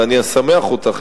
אבל אני אשמח אותך,